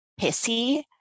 pissy